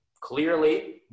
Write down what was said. clearly